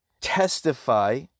testify